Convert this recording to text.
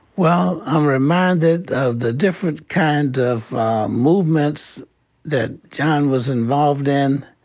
well, i'm reminded of the different kind of movements that john was involved in.